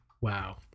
Wow